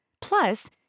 Plus